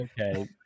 Okay